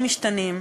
בין נשים יולדות,